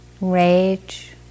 rage